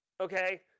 okay